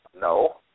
no